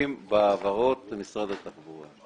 העיכובים בהעברות למשרד התחבורה.